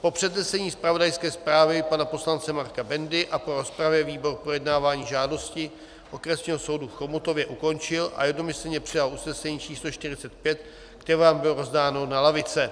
Po přednesení zpravodajské zprávy pana poslance Marka Bendy a po rozpravě výbor projednávání žádosti Okresního soudu v Chomutově ukončil a jednomyslně přijal usnesení č. 45, které vám bylo rozdáno na lavice.